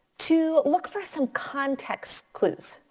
to look for some context clues.